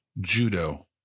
Judo